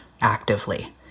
actively